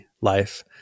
life